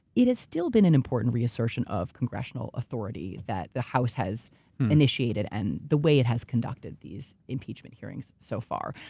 it has still been an important reassertion of congressional authority, that the house has initiated and the way it has conducted these impeachment hearings so far.